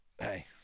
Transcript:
hey